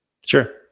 Sure